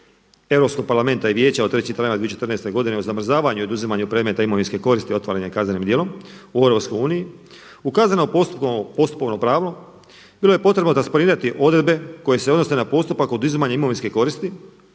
Europskog parlamenta i Vijeća od 3.4.2014. godine o zamrzavanju i oduzimanju predmeta imovinske koristi ostvarene kaznenim djelom u EU ukazano postupovno pravno. Bilo je potrebno …/Govornik se ne razumije./… odredbe koje se odnose na postupak oduzimanja imovinske koristi,